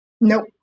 Nope